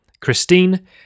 Christine